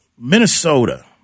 Minnesota